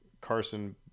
Carson